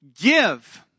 Give